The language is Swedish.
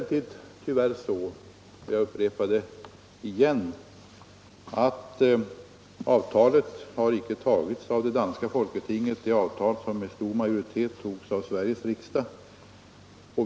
Det är tyvärr så, vilket jag upprepar igen, att avtalet inte har tagits av det danska folketinget — det avtal som med stor majoritet antogs av Sveriges riksdag.